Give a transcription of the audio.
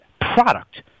product